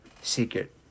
secret